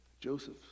Joseph